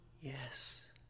Yes